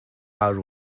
awr